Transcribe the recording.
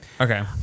Okay